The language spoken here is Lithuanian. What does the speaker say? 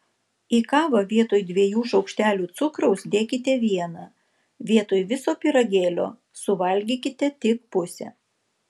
į kavą vietoj dviejų šaukštelių cukraus dėkite vieną vietoj viso pyragėlio suvalgykite tik pusę